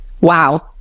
wow